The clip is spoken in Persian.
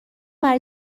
برای